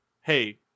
Hey